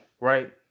Right